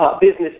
business